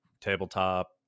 tabletop